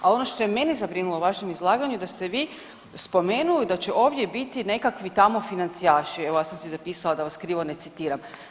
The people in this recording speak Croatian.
A ono što je mene zabrinulo u vašem izlaganju da ste vi spomenuli da će ovdje biti nekakvi tamo financijaši, evo ja sam si zapisali da vas krivo ne citiram.